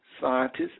scientists